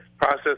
process